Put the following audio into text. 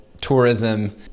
tourism